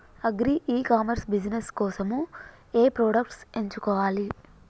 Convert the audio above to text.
Agri e commerce business కోసము ఏ products ఎంచుకోవాలి?